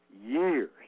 years